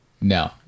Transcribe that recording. No